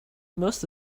most